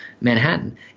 Manhattan